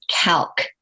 Calc